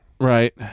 Right